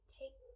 take